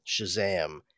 Shazam